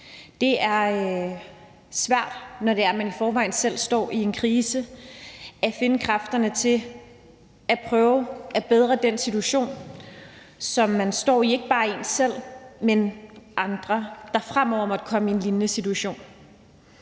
Det er svært, når man i forvejen selv står i en krise, at finde kræfterne til at prøve at bedre den situation, som man står i, og altså ikke bare for en selv, men også for andre, der fremover måtte komme i en lignende situation.